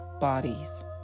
bodies